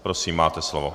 Prosím, máte slovo.